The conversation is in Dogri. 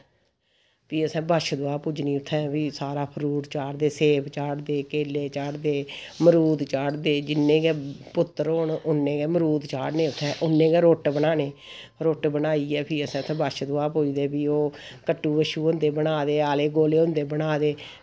फ्ही असें बच्छदुआ पूजनी उत्थै फ्ही सारा फ्रूट चाढ़दे सेब चाढ़दे केले चाढ़दे मरूद चाढ़दे जिन्ने गै पुत्तर होन उन्ने गै मरूद चाढ़ने उत्थैं उन्ने गै रोट्ट बनाने रोट्ट बनाइयै फ्ही अस उत्थैं बच्छदुआ पूजदे फ्ही ओह् कट्टू बच्छू होंदे बनाए दे आले गोले होंदे बनाए दे